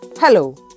Hello